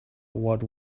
what